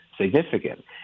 significant